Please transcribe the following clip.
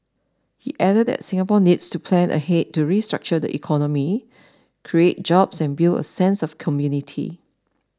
he added that Singapore needs to plan ahead to restructure the economy create jobs and build a sense of community